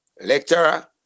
lecturer